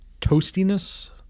toastiness